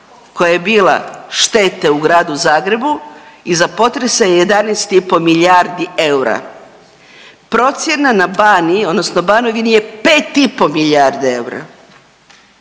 koja je bila štete u Gradu Zagrebu iza potresa je 11,5 milijardi eura. Procjena na Baniji odnosno Banovini je 5,5 milijarde eura.